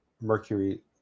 Mercury